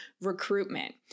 recruitment